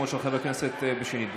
שנית בשמות חברי הכנסת, בבקשה.